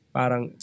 parang